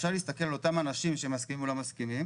אפשר להסתכל על אותם אנשים שמסכימים או לא מסכימים,